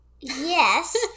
yes